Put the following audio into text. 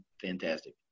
fantastic